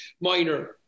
minor